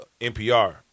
NPR